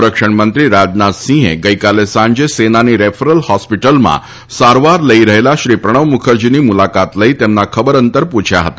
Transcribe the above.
સંરક્ષણ મંત્રી રાજનાથસિંહે ગઈકાલે સાંજે સેનાની રેફરલ હોસ્પિટલમાં સારવાર લઈ રહેલા શ્રી પ્રણવ મુખરજીની મુલાકાત લઈ તેમના ખબર અંતર પૂછ્યા હતા